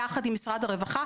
יחד עם משרד הרווחה,